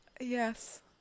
Yes